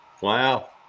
wow